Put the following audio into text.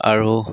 আৰু